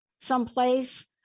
someplace